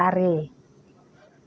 ᱟᱨᱮ